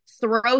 throw